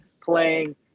playing